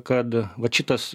kad vat šitas